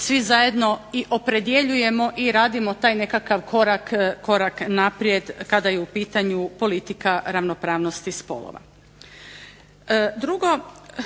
svi zajedno i opredjeljujemo i radimo taj nekakav korak naprijed kada je u pitanju politika ravnopravnosti spolova. Drugo,